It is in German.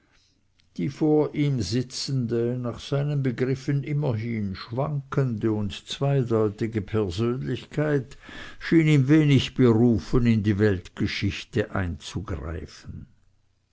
die vor ihm sitzende nach seinen begriffen immerhin schwankende und zweideutige persönlichkeit schien ihm wenig berufen in die weltgeschicke einzugreifen